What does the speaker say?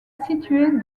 située